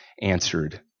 answered